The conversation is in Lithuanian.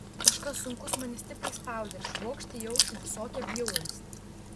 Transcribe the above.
kažkas sunkus mane stipriai spaudė ir švokštė į ausį visokią bjaurastį